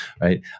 right